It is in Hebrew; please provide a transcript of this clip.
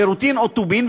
שירותים או טובין,